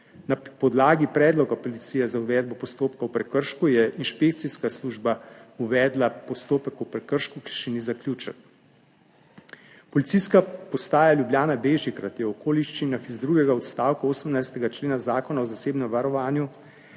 Na podlagi predloga policije za uvedbo postopka o prekršku je inšpekcijska služba uvedla postopek o prekršku, ki še ni zaključen. Policijska postaja Ljubljana Bežigrad je o okoliščinah iz drugega odstavka 18. člena Zakona o zasebnem varovanju,